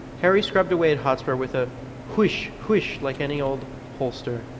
harry scrubbed away at hotspur with a huish! huish! like any old hostler.